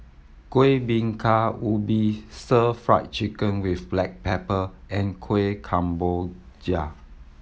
Kuih Bingka Ubi Stir Fried Chicken with black pepper and Kueh Kemboja